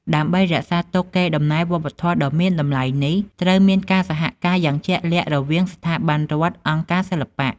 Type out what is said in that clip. ដើម្បីរក្សាទុកកេរ្តិ៍ដំណែលវប្បធម៌ដ៏មានតម្លៃនេះ ត្រូវមានការសហការយ៉ាងជាក់លាក់រវាងស្ថាប័នរដ្ឋ អង្គការសិល្បៈ។